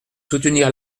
soutenir